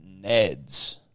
Neds